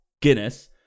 Guinness